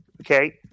Okay